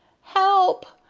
help!